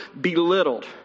belittled